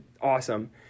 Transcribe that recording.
awesome